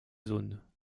zone